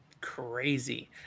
Crazy